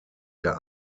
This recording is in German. der